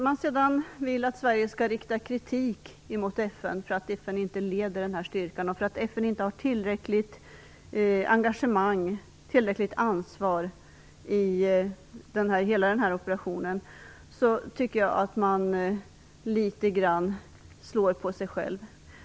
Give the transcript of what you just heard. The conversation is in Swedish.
Man vill vidare att Sverige skall rikta kritik mot FN för att FN inte leder styrkan och för att FN inte visar tillräckligt engagemang och ansvar i denna operation. Jag tycker att man då litet grand slår mot sig själv.